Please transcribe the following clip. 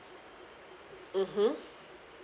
mmhmm